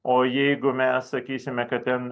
o jeigu mes sakysime kad ten